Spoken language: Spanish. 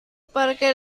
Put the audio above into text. parker